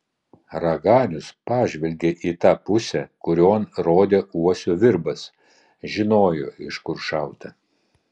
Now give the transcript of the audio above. raganius pažvelgė į tą pusę kurion rodė uosio virbas žinojo iš kur šauta